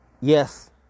Yes